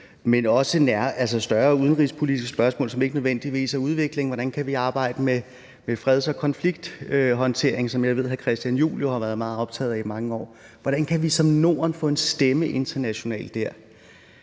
til større udenrigspolitiske spørgsmål, som ikke nødvendigvis handler om udvikling. Hvordan kan vi arbejde med freds- og konflikthåndtering, som jeg ved at hr. Christian Juhl jo har været meget optaget af i mange år? Hvordan kan vi som Norden få en stemme internationalt dér.